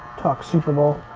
talk super bowl